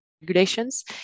regulations